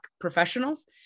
professionals